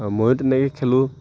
ময়ো তেনেকে খেলোঁ